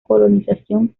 colonización